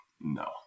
No